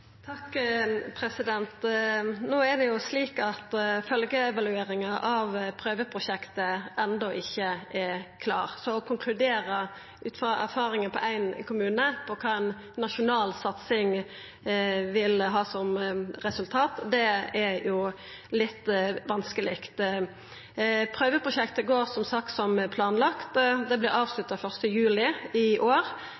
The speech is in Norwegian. No er det slik at følgjeevalueringa av prøveprosjektet enno ikkje er klar, så å konkludera ut frå erfaringar i éin kommune om kva ei nasjonal satsing vil ha som resultat, er litt vanskeleg. Prøveprosjektet går som sagt som planlagt. Det